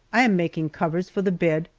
i am making covers for the bed,